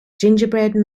gingerbread